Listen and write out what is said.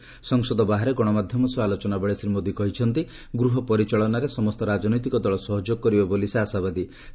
ସଫସଦ ବାହାରେ ଗଶମାଧ୍ୟମ ସହ ଆଲୋଚନା ବେଳେ ଶ୍ରୀ ମୋଦି କହିଛନ୍ତି ଗୃହ ପରିଚାଳନାରେ ସମସ୍ତ ରାଜନୈତିକ ଦଳ ସହଯୋଗ କରିବେ ବୋଲି ସେ ଆଶା ରଖିଛନ୍ତି